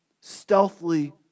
stealthily